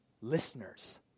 listeners